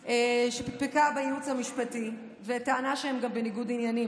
שפקפקה בייעוץ המשפטי וטענה שהם גם בניגוד עניינים.